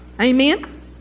Amen